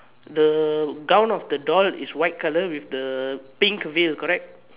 the gown of the doll is white color with the pink veil correct